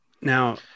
Now